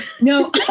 No